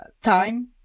time